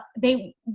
they